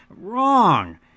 Wrong